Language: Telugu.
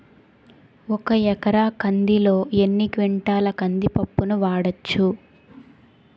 ఒక ఎకర కందిలో ఎన్ని క్వింటాల కంది పప్పును వాడచ్చు?